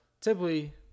typically